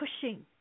pushing